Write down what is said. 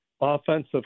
offensive